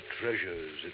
treasures